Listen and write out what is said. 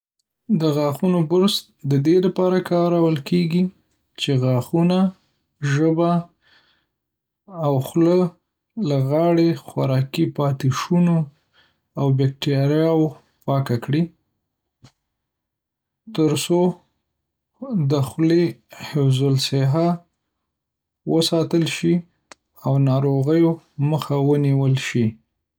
د غاښونو برُس د دې لپاره کارول کېږي چې غاښونه، ژبه، او خوله له غاړه، خوراکي پاتې شونو، او بکتریاوو پاک کړي، تر څو د خولې حفظ‌الصحه وساتل شي او ناروغیو مخه ونیول شي.